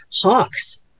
hawks